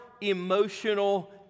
Emotional